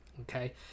Okay